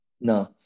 No